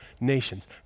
nations